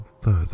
further